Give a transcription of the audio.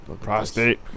Prostate